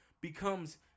becomes